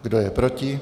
Kdo je proti?